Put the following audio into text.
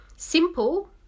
simple